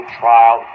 trial